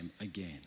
again